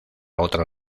otro